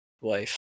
wife